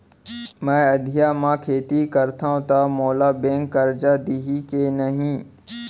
मैं अधिया म खेती करथंव त मोला बैंक करजा दिही के नही?